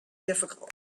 difficult